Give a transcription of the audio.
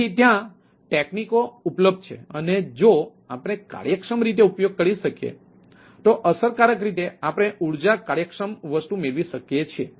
તેથી ત્યાં તકનીકો ઉપલબ્ધ છે અને જો આપણે કાર્યક્ષમ રીતે ઉપયોગ કરી શકીએ તો અસરકારક રીતે આપણે ઊર્જા કાર્યક્ષમ વસ્તુ મેળવી શકીએ છીએ